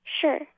Sure